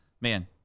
man